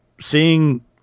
seeing –